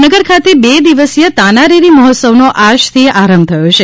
વડનગર ખાતે બે દિવસીય તાના રીરી મહોત્સવનો આજથી આરંભ થયો છે